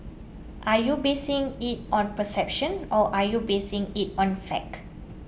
are you basing it on perception or are you basing it on fact